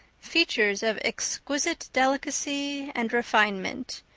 features of exquisite delicacy and refinement,